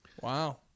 Wow